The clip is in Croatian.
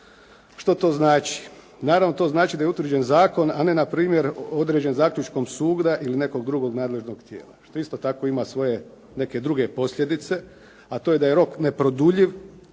Što to znači? Naravno to znači da je utvrđen zakon a ne npr. određen zaključkom suda ili nekog drugog nadležnost tijela što isto tako ima svoje neke druge posljedice a to je da je rok neproduljiv